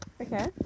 Okay